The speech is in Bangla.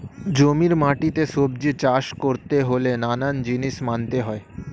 জমির মাটিতে সবজি চাষ করতে হলে নানান জিনিস মানতে হয়